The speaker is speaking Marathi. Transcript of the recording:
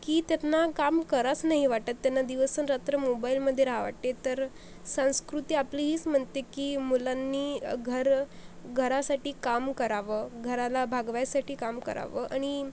की त्यांना काम करायचं नाही वाटत त्यांना दिवस न रात्र मोबाईलमध्ये राहवंसं वाटते तर संस्कृती आपली हीच म्हणते की मुलांनी घर घरासाठी काम करावं घराला भागवायसाठी काम करावं आणि